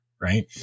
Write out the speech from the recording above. Right